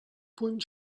punt